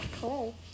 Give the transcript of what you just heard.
cool